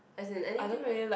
as in anything lah